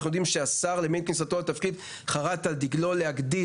אנחנו יודעים שהשר עם כניסתו לתפקיד חרט על דיגלו להגדיל